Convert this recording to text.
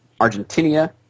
Argentina